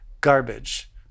garbage